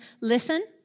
listen